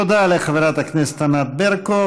תודה לחברת הכנסת ענת ברקו.